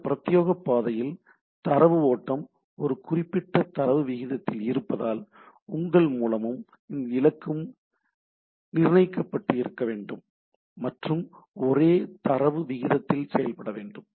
இந்த பிரத்யேக பாதையில் தரவு ஓட்டம் ஒரு குறிப்பிட்ட தரவு விகிதத்தில் இருப்பதால் உங்கள் மூலமும் இலக்கும் நிர்ணயிக்கப்பட்டு இருக்க வேண்டும் மற்றும் ஒரே தரவு விகிதத்தில் செயல்பட வேண்டும்